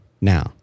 now